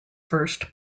first